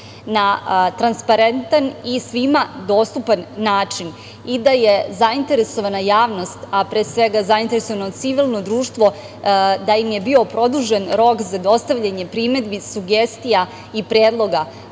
na transparentan i svima dostupan način i da je zainteresovana javnost, a pre svega zainteresovano civilno društvo da im je bio produžen rok za dostavljanje primedbi, sugestija i predloga